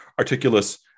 Articulus